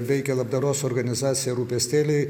veikia labdaros organizacija rūpestėliai